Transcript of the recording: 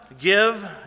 Give